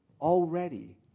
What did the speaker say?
already